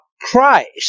Christ